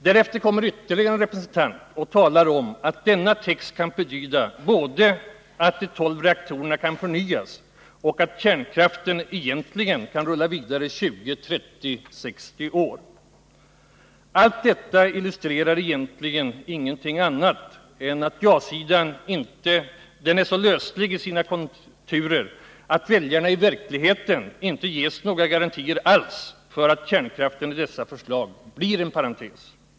Därefter kommer ytterligare en representant och talar om att denna text kan betyda både att de tolv reaktorerna kan förnyas och att kärnkraften egentligen kan rulla vidare i 20, 30 eller 60 år. Allt detta illustrerar egentligen ingenting annat än att ja-sidan är så löslig i sina konturer att väljarna i verkligheten inte ges några garantier alls för att kärnkraften i dessa förslag blir en parentes.